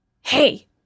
Hey